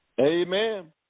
Amen